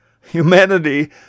Humanity